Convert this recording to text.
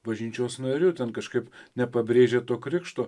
bažnyčios nariu ten kažkaip nepabrėžia to krikšto